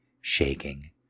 shaking